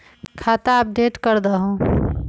खाता अपडेट करदहु?